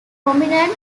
prominent